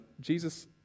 Jesus